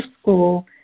school